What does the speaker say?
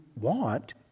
want